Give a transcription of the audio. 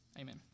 Amen